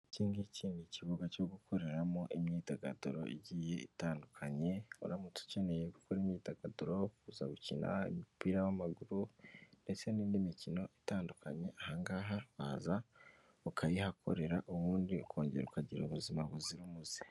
Iki ngiki ni ikibuga cyo gukoreramo imyidagaduro igiye itandukanye uramutse ukeneye gukora imyidagaduro wifuza gukina umupira w'amaguru ndetse n'indi mikino itandukanye, ahangaha nkaza ukayihakorera ubundi ukongera ukagira ubuzima buzira umuze.